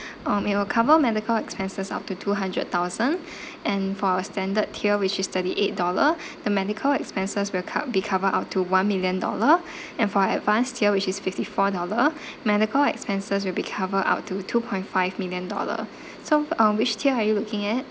um it will cover medical expenses up to two hundred thousand and for our standard tier which is thirty eight dollar the medical expenses will co~ be cover up to one million dollar and for advanced tier which is fifty four dollar medical expenses will be covered up to two point five million dollar so um which tier are you looking at